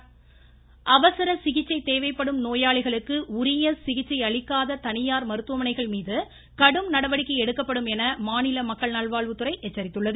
சுகாதாரத்துறை அவசர சிகிச்சை தேவைப்படும் நோயாளிகளுக்கு உரிய சிகிச்சை அளிக்காத தனியார் மருத்துவமனைகள் மீது கடும் நடவடிக்கை எடுக்கப்படும் என மாநில மக்கள் நல்வாழ்வுத்துறை எச்சரித்துள்ளது